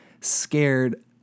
scared